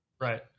Right